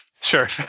Sure